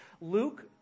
Luke